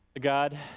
God